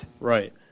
right